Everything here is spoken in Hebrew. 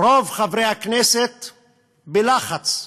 רוב חברי הכנסת בלחץ,